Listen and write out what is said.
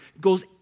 goes